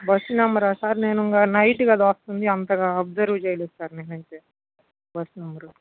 bus నంబరా sir నేను ఇంకా నైట్ కదా వస్తుంది అంతగా అబ్సర్వ్ చెయ్యలేదు సార్ నేనయితే బస్సు నంబర్